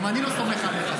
לא סומך עליך.